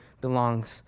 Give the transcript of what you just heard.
belongs